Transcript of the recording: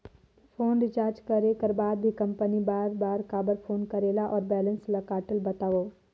Phone recharge करे कर बाद भी कंपनी बार बार काबर फोन करेला और बैलेंस ल काटेल बतावव?